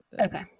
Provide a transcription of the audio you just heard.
Okay